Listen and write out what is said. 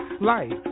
life